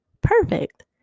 perfect